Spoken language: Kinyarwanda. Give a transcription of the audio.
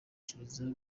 kirazira